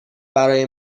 برای